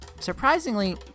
Surprisingly